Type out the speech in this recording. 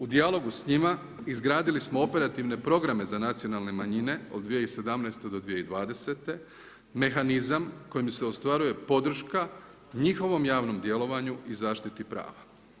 U dijalogu s njima izgradili smo operativne programe za nacionalne manjine od 2017.-2020., mehanizam kojim se ostvaruje podrška njihovom javnom djelovanju i zaštiti prava.